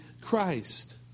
christ